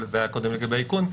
זה היה קודם לגבי האיכון.